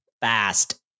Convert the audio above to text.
Fast